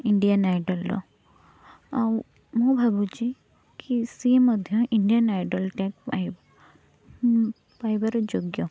Indian ଆଇଡ଼ଲ୍ର ଆଉ ମୁଁ ଭାବୁଛି କି ସିଏ ମଧ୍ୟ ଇଣ୍ଡିଆନ୍ ଆଇଡ଼ଲ୍ ଟ୍ୟାଗ୍ ପାଇବାର ଯୋଗ୍ୟ